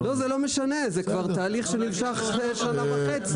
לא זה לא משנה, זה תהליך שנמשך יותר משנה וחצי.